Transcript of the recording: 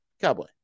cowboy